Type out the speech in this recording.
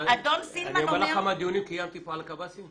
לך כמה דיונים קיימתי פה על הקב"סים?